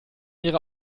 ihre